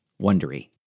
Wondery